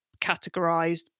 categorized